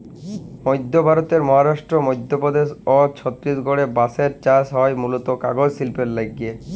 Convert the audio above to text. মইধ্য ভারতের মহারাস্ট্র, মইধ্যপদেস অ ছত্তিসগঢ়ে বাঁসের চাস হয় মুলত কাগজ সিল্পের লাগ্যে